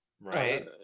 Right